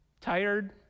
tired